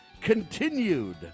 continued